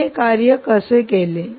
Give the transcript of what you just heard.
आम्ही हे कार्य कसे केले